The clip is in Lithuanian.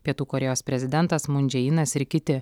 pietų korėjos prezidentas mundžeinas ir kiti